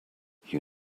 you